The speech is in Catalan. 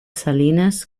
salines